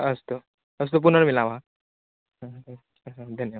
अस्तु अस्तु पुनर्मिलामः धन्यवादः